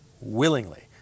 willingly